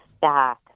back